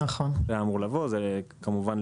אבל זה לא קרה,